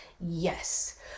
yes